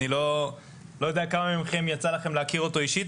אני לא יודע לכמה מכם יצא להכיר אותו אישית,